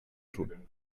tun